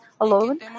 alone